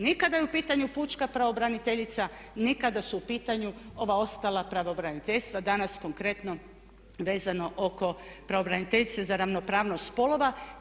Ni kad je u pitanju pučka pravobraniteljica ni kada su u pitanju ova ostala pravobraniteljstva danas konkretno vezano oko pravobraniteljice za ravnopravnost spolova.